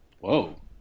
Whoa